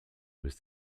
was